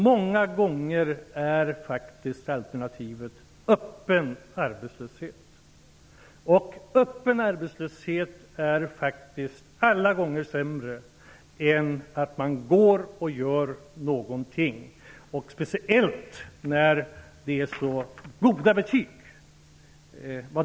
Många gånger är faktiskt alternativet öppen arbetslöshet. Öppen arbetslöshet är faktiskt alla gånger sämre än att man gör något. Detta gäller speciellt när ALU får så goda betyg.